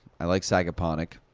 i like sagaponack.